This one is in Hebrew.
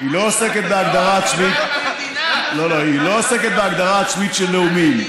היא לא עוסקת בהגדרה עצמית של לאומים.